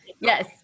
Yes